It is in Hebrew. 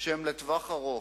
שהן לטווח ארוך,